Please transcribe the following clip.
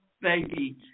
baby